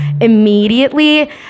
immediately